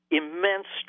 immense